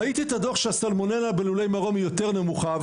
ראיתי בדוח שהסלמונלה בלולי מעוף יותר נמוכה,